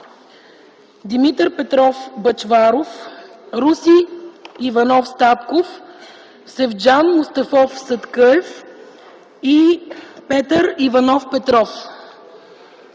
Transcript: Димитър Петров Бъчваров, Руси Иванов Статков, Севджан Мустафов Съдкъев и Петър Иванов Петров.